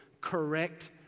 correct